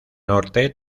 norte